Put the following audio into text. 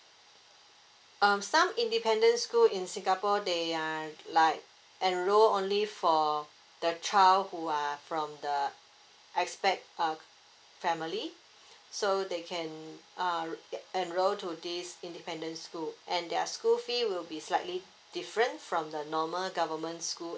um some independent school in singapore they are like enroll only for the child who are from the expat uh family so they can uh they can enroll to this independence school and their school fee will be slightly different from the normal government school